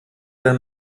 wenn